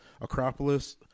Acropolis